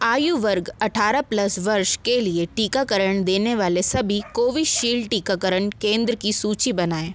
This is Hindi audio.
आयु वर्ग अट्ठारह प्लस वर्ष के लिए टीकाकरण देने वाले सभी कोविशील्ड टीकाकरण केंद्र की सूची बनाएँ